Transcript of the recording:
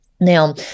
Now